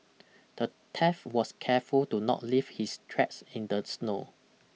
the thief was careful to not leave his tracks in the snow